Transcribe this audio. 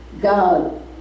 God